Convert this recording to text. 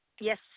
Yes